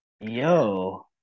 Yo